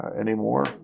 anymore